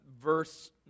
verse